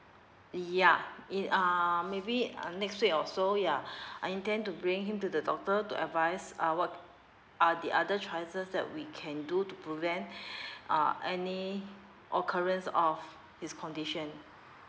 yeah in uh maybe uh next week or so yeah I intend to bring him to the doctor to advise uh what are the other choices that we can do to prevent uh any occurrence of his condition